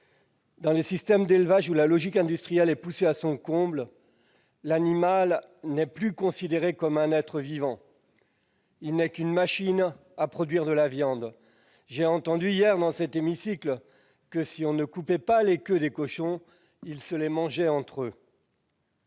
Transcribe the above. Dans les systèmes d'élevages où la logique industrielle est poussée à son comble, l'animal n'est plus considéré comme un être vivant. Il n'est qu'une machine à produire de la viande. J'ai entendu hier, dans cet hémicycle, que, si l'on ne coupait pas les queues des cochons, ils se les mangeaient entre eux.